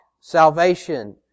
salvation